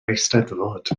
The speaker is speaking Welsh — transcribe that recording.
eisteddfod